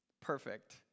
perfect